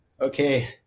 okay